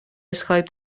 اسکایپ